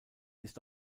ist